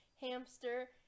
hamster